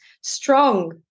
Strong